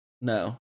No